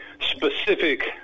specific